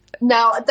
now